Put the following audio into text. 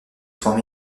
soins